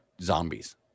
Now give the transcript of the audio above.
zombies